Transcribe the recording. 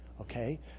Okay